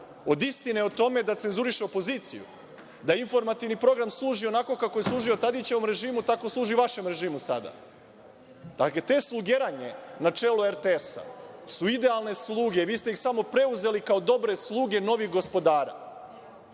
Od istine o tome da cenzuriše opoziciju? Da informativni program služi onako kako je služio Tadićevom režimu, tako služi vašem režimu sada? Pa, te slugeranje na čelu RTS su idealne sluge, vi ste ih samo preuzeli kao dobre sluge novih gospodara